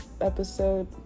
episode